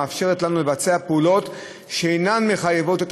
מאפשר לנו לבצע פעולות שאינן מחייבות את